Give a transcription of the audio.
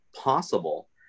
possible